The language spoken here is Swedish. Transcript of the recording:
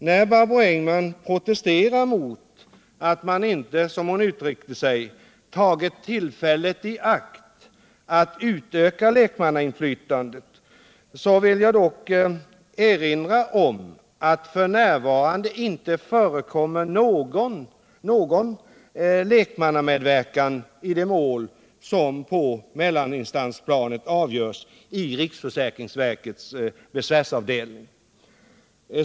När Barbro Engman protesterar mot att man inte, som hon uttryckte sig, tagit tillfället i akt att utöka lekmannainflytandet vill jag dock erinra om att det f. n. inte förekommer någon lek mannamedverkan i de mål som på mellaninstansplanet avgörs av riksförsäkringsverkets besvärsavdelning.